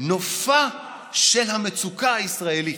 "נופה של המצוקה הישראלית".